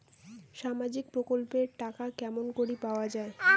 সামাজিক প্রকল্পের টাকা কেমন করি পাওয়া যায়?